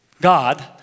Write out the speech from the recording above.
God